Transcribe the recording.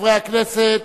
חברי הכנסת,